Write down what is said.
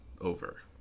over